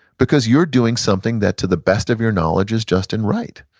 because you're doing something that to the best of your knowledge is just and right?